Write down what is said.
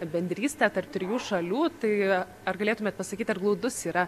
bendrystę tarp trijų šalių tai ar galėtumėt pasakyti ar glaudus yra